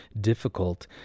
difficult